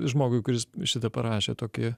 žmogui kuris šitą parašė tokį